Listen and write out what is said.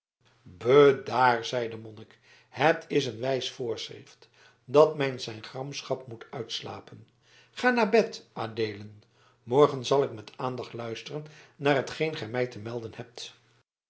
bedaar zeide de monnik het is een wijs voorschrift dat men zijn gramschap moet uitslapen ga naar bed adeelen morgen zal ik met aandacht luisteren naar t geen gij mij te melden hebt